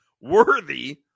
worthy